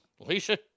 Alicia